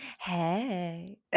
Hey